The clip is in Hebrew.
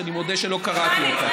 שאני מודה שלא קראתי אותה.